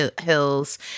Hills